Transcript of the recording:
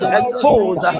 expose